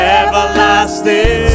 everlasting